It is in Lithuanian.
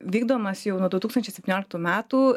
vykdomas jau nuo du tūkstančiai septynioliktų metų